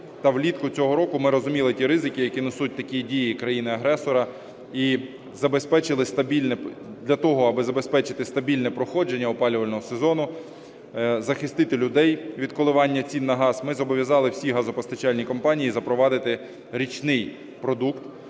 влітку цього року ми розуміли ті ризики, які несуть такі дії країни-агресора, і для того, аби забезпечити стабільне проходження опалювального сезону, захистити людей від коливання цін на газ, ми зобов'язали всі газопостачальні компанії і запровадити річний продукт,